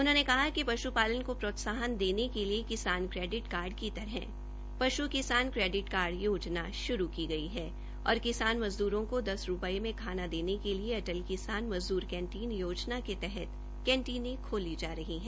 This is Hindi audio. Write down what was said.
उन्होंने कहा कि पश्पालन को प्रोत्साहन देने के लिए किसान क्रेडिट कार्ड की तरह पश् किसान क्रेडिट कार्डयोजना श्रू की गई है और किसान मजदूरों को दस रूपये में खाना देने के लिए अटल किसान मज़द्र कैंटीन योजना के तहत कैटिंने खोली जा रही है